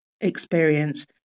experience